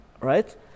Right